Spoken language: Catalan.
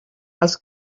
els